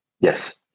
Yes